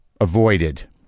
avoided